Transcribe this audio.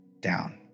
down